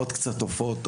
עוד קצת עופות,